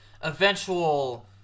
eventual